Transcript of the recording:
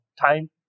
time